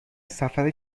سفر